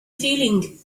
feeling